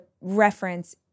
reference